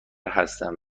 هستند